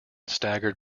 staggered